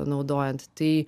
naudojant tai